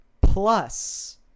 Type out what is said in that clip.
Plus